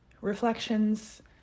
reflections